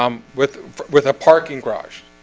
um with with a parking garage